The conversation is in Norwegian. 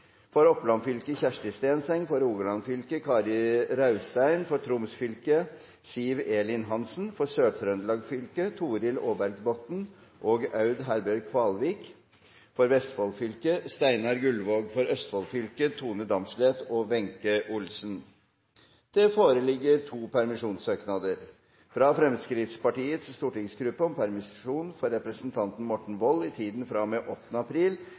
For Oppland fylke: Kjersti Stenseng For Rogaland fylke: Kari Raustein For Troms fylke: Siv Elin Hansen For Sør-Trøndelag fylke: Torhild Aarbergsbotten og Aud Herbjørg Kvalvik For Vestfold fylke: Steinar Gullvåg For Østfold fylke: Tone Damsleth og Wenche Olsen Det foreligger to permisjonssøknader: fra Fremskrittspartiets stortingsgruppe om permisjon for representanten Morten Wold i tiden fra og med 8. april